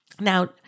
Now